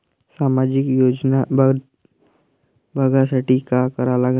सामाजिक योजना बघासाठी का करा लागन?